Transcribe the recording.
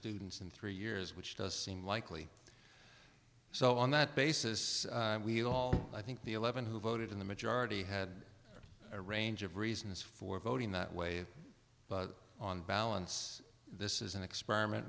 students in three years which does seem likely so on that basis we'll all i think the eleven who voted in the majority had a range of reasons for voting that way but on balance this is an experiment